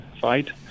fight